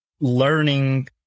learning